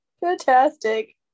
fantastic